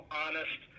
honest